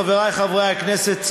חברי חברי הכנסת,